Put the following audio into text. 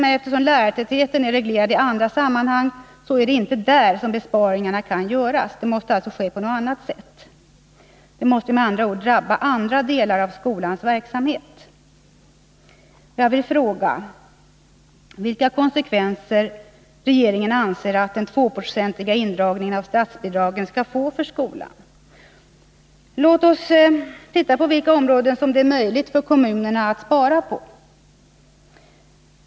Men eftersom lärartätheten är reglerad i andra sammanhang är det inte där som besparingar kan göras. Det måste alltså ske på något annat sätt. Det måste med andra ord drabba andra delar av skolans verksamhet. Jag vill fråga vilka konsekvenser regeringen anser att den tvåprocentiga indragningen av statsbidragen skall få för skolan. Låt oss undersöka på vilka områden det är möjligt för kommunerna att spara!